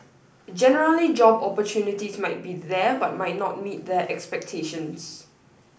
generally job opportunities might be there but might not meet their expectations